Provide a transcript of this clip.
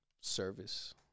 service